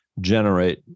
generate